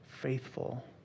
faithful